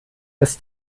des